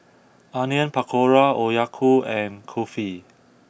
Onion Pakora Okayu and Kulfi